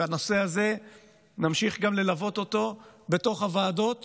ונמשיך גם ללוות את הנושא הזה בתוך הוועדות